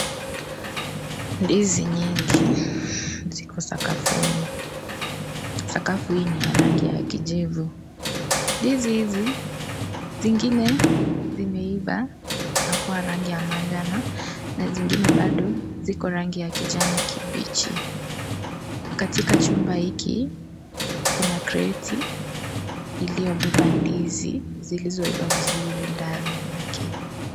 Ndizi nyingi ziko sakafuni, sakafu hii ni ya rangi ya kijivu, ndizi hizi zingine zimeiva na kuwa rangi ya manjano na zingine bado ziko rangi ya kijani kibichi katika chumba hiki kuna greti iliyobeba ndizi zilizoiiva vizuri ndani yake.